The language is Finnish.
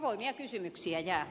avoimia kysymyksiä jää